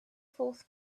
fourth